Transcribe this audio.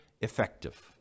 effective